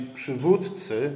przywódcy